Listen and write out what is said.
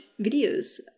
videos